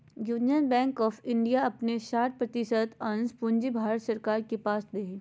union bank of India अपन साठ प्रतिशत अंश पूंजी भारत सरकार के पास दे हइ